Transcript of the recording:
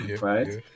right